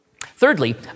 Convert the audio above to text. Thirdly